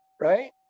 right